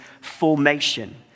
formation